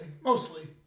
mostly